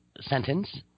sentence